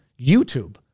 YouTube